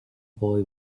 boy